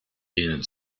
denen